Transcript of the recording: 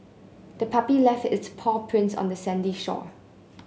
the puppy left its paw prints on the sandy shore